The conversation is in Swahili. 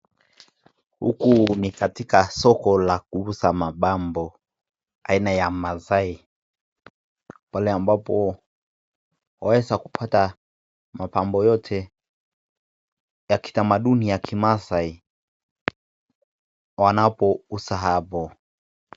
Huku ni katika soko la kuuza mapambo haina ya masai pale ambapo waweza kupata mapambo yote ya kitamaduni ya Kimaasai wanapouza hapo.